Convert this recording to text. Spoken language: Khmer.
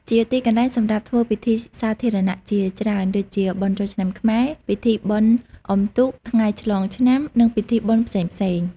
ជាទីកន្លែងសម្រាប់ធ្វើពិធីសាធារណៈជាច្រើនដូចជា បុណ្យចូលឆ្នាំខ្មែរ ពិធីបុណ្យអ៊ុំទូក ថ្ងៃឆ្លងឆ្នាំ និងពិធីបុណ្យផ្សេងៗ។